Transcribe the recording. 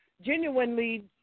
genuinely